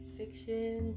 fiction